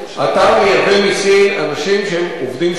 אתה מייבא מסין אנשים שהם עובדים שחורים.